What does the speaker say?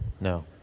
No